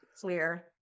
clear